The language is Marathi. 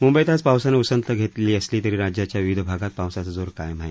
मुंबईत आज पावसानं उसंत घेतली असली तरी राज्याच्या विविध भागात पावसाचा जोर कायम आहे